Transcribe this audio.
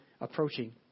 approaching